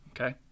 okay